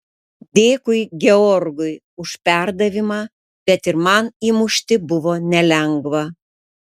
dėkui georgui už perdavimą bet ir man įmušti buvo nelengva